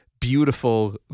beautiful